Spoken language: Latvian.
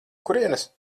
kurienes